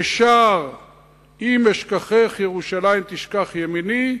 ששר "אם אשכחך ירושלים תשכח ימיני",